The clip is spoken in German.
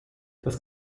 das